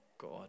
God